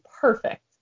perfect